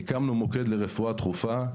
הקמנו מוקד לרפואה דחופה.